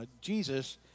Jesus